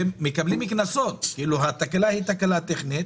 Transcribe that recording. הם מקבלים קנסות, למרות שזאת תקלה טכנית.